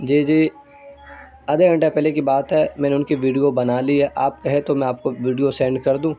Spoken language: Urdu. جی جی آدھا گھنٹہ پہلے کی بات ہے میں نے ان کی ویڈیو بنا لی ہے آپ کہیں تو میں آپ کو ویڈیو سینڈ کر دوں